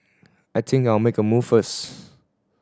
I think I'll make a move first